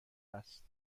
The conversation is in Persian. است